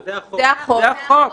זה החוק.